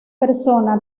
persona